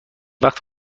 وقت